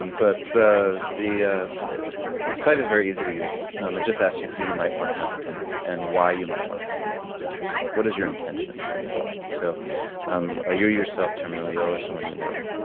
and but the the ah the site is very easy to use, um it just asks you who you might want to have at dinner and why you might want to have one of these dinners, what is your intention is what we call it. so um are you yourself terminally ill or someone you know,